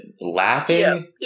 laughing